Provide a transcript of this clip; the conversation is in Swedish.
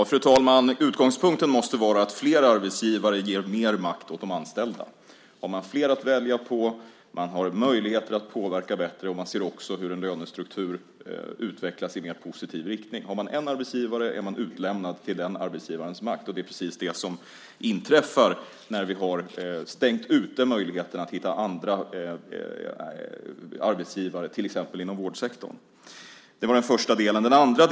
Fru talman! Utgångspunkten måste vara att fler arbetsgivare ger mer makt åt de anställda. Har man fler att välja på har man bättre möjligheter att påverka, och man ser också hur en lönestruktur utvecklas i mer positiv riktning. Har man en arbetsgivare är man utlämnad till den arbetsgivarens makt, och det är precis det som inträffar när vi har stängt möjligheterna att hitta andra arbetsgivare, till exempel inom vårdsektorn. Det var den första delen. Fru talman!